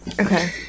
okay